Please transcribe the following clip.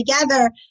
together